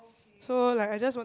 so like I just want